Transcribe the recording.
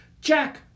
Jack